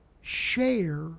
share